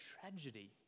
tragedy